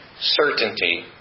certainty